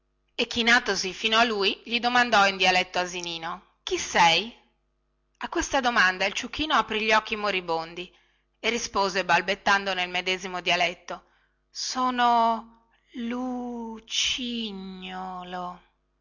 e chinatosi fino a lui gli domandò in dialetto asinino chi sei a questa domanda il ciuchino apri gli occhi moribondi e rispose balbettando nel medesimo dialetto sono lu ci gno lo